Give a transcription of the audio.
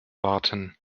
warten